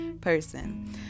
person